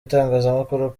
itangazamakuru